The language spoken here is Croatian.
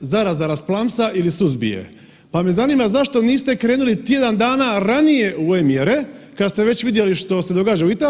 zaraza rasplamsa ili suzbije, pa me zanima zašto niste krenuli tjedan dana ranije u ove mjere kad ste već vidjeli što se događa u Italiji?